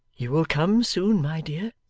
you will come soon, my dear,